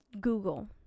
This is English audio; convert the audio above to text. google